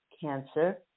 Cancer